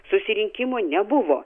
susirinkimui nebuvo